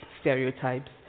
stereotypes